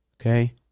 Okay